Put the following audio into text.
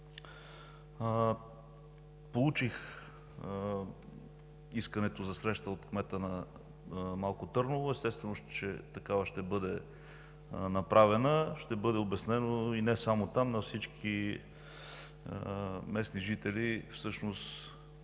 Получих искането за среща от кмета на Малко Търново. Естествено, такава ще бъде направена. Ще бъде обяснено и не само там, на всички местни жители ще